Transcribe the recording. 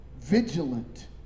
Vigilant